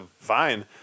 fine